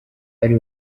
ari